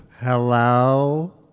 Hello